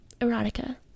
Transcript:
erotica